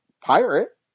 pirate